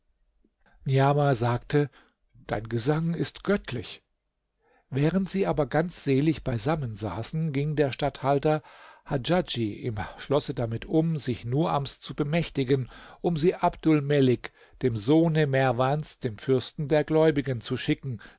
niamah sagte dein gesang ist göttlich während sie aber ganz selig beisammen saßen ging der statthalter hadjadj im schlosse damit um sich nuams zu bemächtigen um sie abdul melik dem sohne merwans dem fürsten der gläubigen zu schicken